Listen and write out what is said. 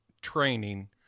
training